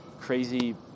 crazy